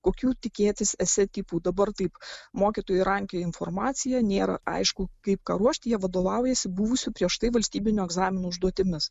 kokių tikėtis esė tipų dabar taip mokytojai rankioja informaciją nėra aišku kaip ką ruošti jie vadovaujasi buvusių prieš tai valstybinių egzaminų užduotimis